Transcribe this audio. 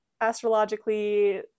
astrologically